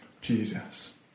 Jesus